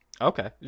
okay